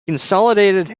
consolidated